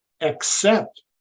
accept